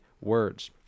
words